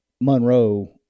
Monroe